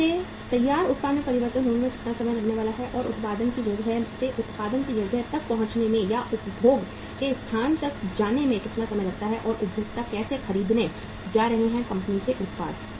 इसे तैयार उत्पाद में परिवर्तित होने में कितना समय लगने वाला है और उत्पादन की जगह से उत्पादन की जगह तक पहुंचने में या उपभोग के स्थान तक जाने में कितना समय लगता है और उपभोक्ता कैसे खरीदने जा रहे हैं कंपनी के उत्पाद